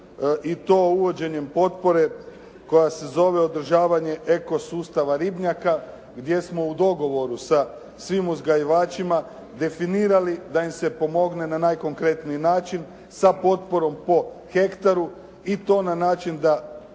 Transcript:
i to uvođenjem potpore koja se zove održavanje ekosustava ribnjaka gdje smo u dogovoru sa svim uzgajivačima definirali da im se pomogne na najkonkretniji način sa potporom po hektaru i to na način da